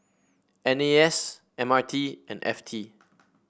N A S M R T and F T